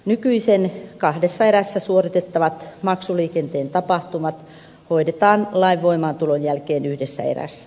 nykyisin kahdessa erässä suoritettavat maksuliikenteen tapahtumat hoidetaan lain voimaantulon jälkeen yhdessä erässä